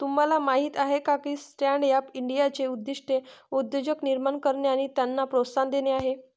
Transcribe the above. तुम्हाला माहीत आहे का स्टँडअप इंडियाचे उद्दिष्ट उद्योजक निर्माण करणे आणि त्यांना प्रोत्साहन देणे आहे